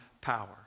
power